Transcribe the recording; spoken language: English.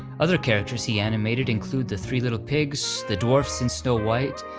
other characters he animated include the three little pigs, the dwarfs in snow white,